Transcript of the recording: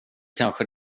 kanske